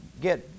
get